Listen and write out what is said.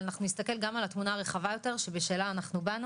אבל אנחנו נסתכל גם על התמונה הרחבה יותר שבשלה באנו.